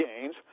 gains